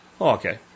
Okay